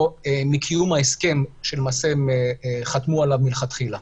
מקיום ההסכם שהם חתמו עליו מלכתחילה.